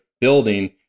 building